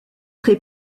très